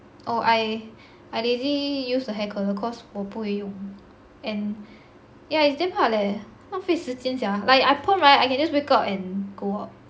oh I I lazy use the hair colour cause 我不会用 yeah and it's damn hard leh 浪费时间 sia like I perm right I can just wake up and go out